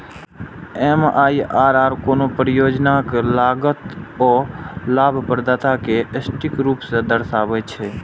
MIRR कोनो परियोजनाक लागत आ लाभप्रदता कें सटीक रूप सं दर्शाबै छै